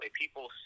people